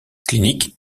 clinique